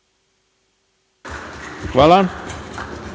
Hvala,